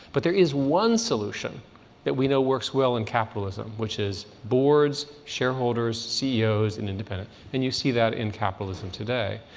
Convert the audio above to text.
but there is one solution that we know works well in capitalism, which is boards, shareholders, ceos, and independent. and you see that in capitalism today.